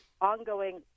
ongoing